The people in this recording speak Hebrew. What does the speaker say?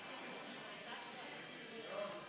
קובע כי עובדת ועובד המועסקים אצל אותו מעסיק,